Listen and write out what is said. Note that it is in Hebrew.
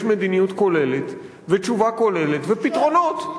מדיניות כוללת ותשובה כוללת ופתרונות.